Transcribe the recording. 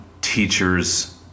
teachers